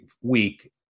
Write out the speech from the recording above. week